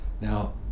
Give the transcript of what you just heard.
Now